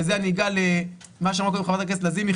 ובזה אני אגע למה שאמרה קודם חברת הכנסת לזימי,